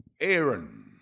Aaron